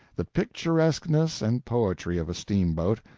the picturesqueness and poetry of a steamboat,